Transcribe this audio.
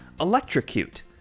electrocute